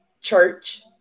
church